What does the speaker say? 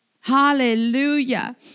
Hallelujah